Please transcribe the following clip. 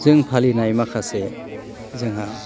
जों फालिनाय माखासे जोंहा